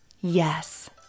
Yes